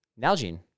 Nalgene